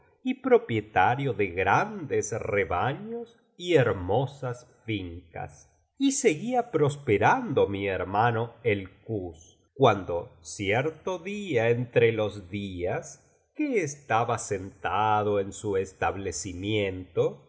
y propietario de grandes rebaños y hermosas fincas y seguía prosperando mi hermano el kuz cuando cierto día entre los días que estaba sentado en su establecimientoj